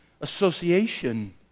Association